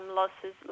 losses